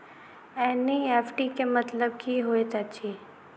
NEFT केँ मतलब की होइत अछि?